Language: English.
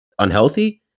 Unhealthy